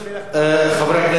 חברי הכנסת,